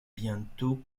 bientôt